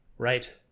Right